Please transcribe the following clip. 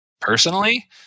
Personally